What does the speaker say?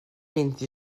vint